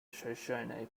shoshone